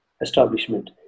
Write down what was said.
establishment